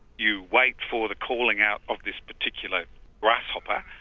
you wait for the calling out of this particular grasshopper,